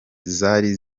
zari